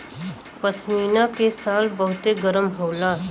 पश्मीना के शाल बहुते गरम होला